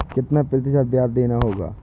कितना प्रतिशत ब्याज देना होगा?